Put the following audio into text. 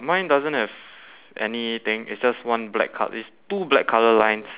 mine doesn't have anything it's just one black col~ it's two black colour lines